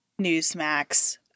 Newsmax